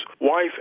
wife